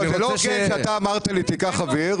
ורק --- זה לא הוגן שאתה אמרת לי "תיקח אוויר",